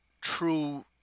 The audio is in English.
true